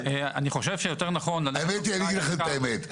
--- אני חושב שיותר נכון --- אני אגיד לכם את האמת.